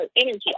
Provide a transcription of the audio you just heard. energy